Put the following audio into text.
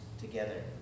together